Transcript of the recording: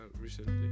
recently